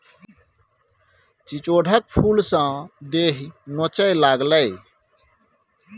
चिचोढ़क फुलसँ देहि नोचय लागलै